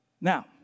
Now